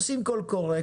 עושים קול קורא,